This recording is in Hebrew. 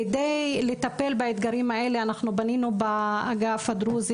כדי לטפל באתגרים האלה אנחנו בנינו באגף הדרוזי